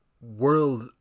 World